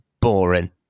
Boring